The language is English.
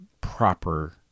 proper